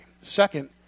Second